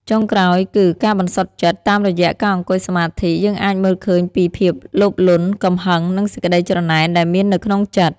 ចុងក្រោយគឺ ការបន្សុទ្ធចិត្ត តាមរយៈការអង្គុយសមាធិ យើងអាចមើលឃើញពីភាពលោភលន់ កំហឹង និងសេចក្តីច្រណែនដែលមាននៅក្នុងចិត្ត។